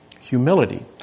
humility